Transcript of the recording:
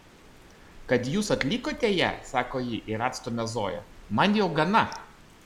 kad jūs atlikote ją sako ji ir atstumia zoją man jau gana